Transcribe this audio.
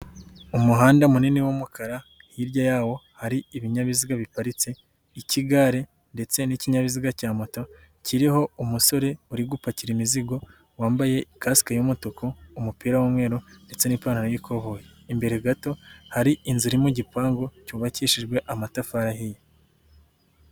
Umuhanda munini w'umukara, hirya yawo hari ibinyabiziga biparitse, iki gare ndetse n'ikinyabiziga cya moto kiriho umusore uri gupakira imizigo, wambaye ikasike y'umutuku, umupira w'umweru ndetse n'ipantaro y'ikoboyi, imbere gato hari inzu iri mu gipangu cyubakishijwe amatafari ahiye.